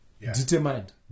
determined